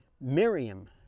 Miriam